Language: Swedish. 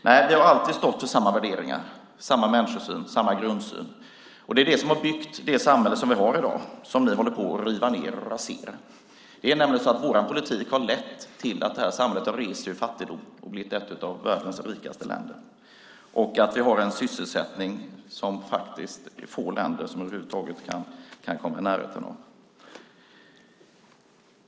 Nej, vi har alltid stått för samma värderingar, människosyn och grundsyn. Det har byggt upp det samhälle vi har i dag - som ni håller på att rasera. Vår politik har lett till att vårt samhälle har rest sig ur fattigdom och blivit ett av världens rikaste länder med en sysselsättningsnivå som få länder kan komma i närheten av.